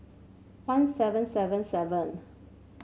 one seven seven seven